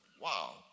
Wow